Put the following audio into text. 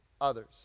others